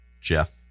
Jeff